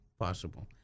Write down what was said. possible